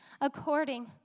according